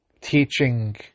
teaching